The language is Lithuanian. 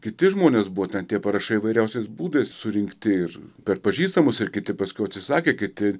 kiti žmonės buvo ten tie parašai įvairiausiais būdais surinkti ir per pažįstamus ir kiti paskiau atsisakė kiti